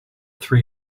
three